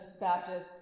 Baptists